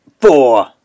Four